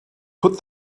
put